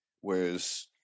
whereas